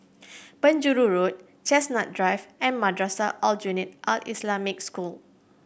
Penjuru Road Chestnut Drive and Madrasah Aljunied Al Islamic School